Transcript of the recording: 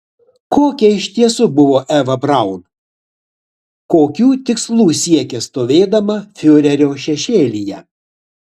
kokia iš tiesų buvo eva braun kokių tikslų siekė stovėdama fiurerio šešėlyje